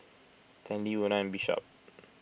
Stanley Una Bishop